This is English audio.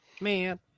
Man